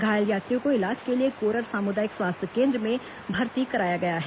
घायल यात्रियों को इलाज के लिए कोरर सामुदायिक स्वास्थ्य केन्द्र में भर्ती कराया गया है